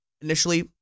initially